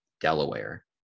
Delaware